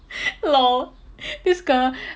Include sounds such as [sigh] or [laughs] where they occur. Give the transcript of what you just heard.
[laughs] lol this girl